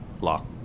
Lock